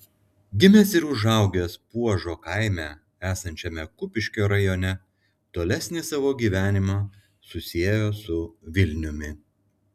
gimęs ir užaugęs puožo kaime esančiame kupiškio rajone tolesnį savo gyvenimą susiejo su vilniumi